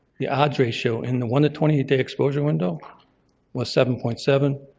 the odds ratio in the one twenty eight day exposure window was seven point seven.